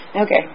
Okay